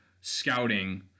scouting